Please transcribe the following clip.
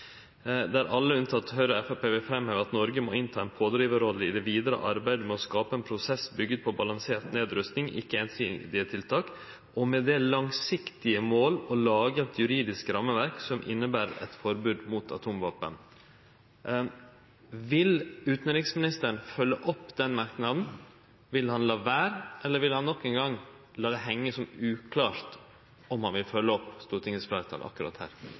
alle unntatt medlemmene fra Høyre og Fremskrittspartiet, vil fremheve at Norge må innta en pådriverrolle i det videre arbeidet med å skape en prosess bygget på balansert nedrustning, ikke ensidige tiltak og med det langsiktige mål å lage et juridisk rammeverk som innebærer et forbud mot atomvåpen.» Vil utanriksministeren følgje opp den merknaden, vil han la vere, eller vil han nok ein gong la det hengje som uklart om han vil følgje opp Stortingets fleirtal akkurat her?